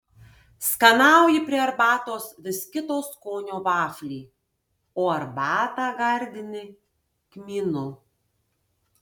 skanauji prie arbatos vis kito skonio vaflį o arbatą gardini kmynu